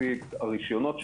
לפי הרשיונות שלו,